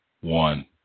one